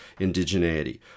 indigeneity